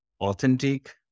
authentic